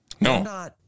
No